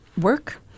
work